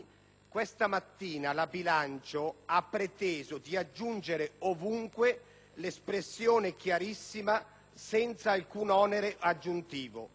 questa mattina la Commissione bilancio ha preteso di aggiungere ovunque l'espressione chiarissima «senza alcun onere aggiuntivo».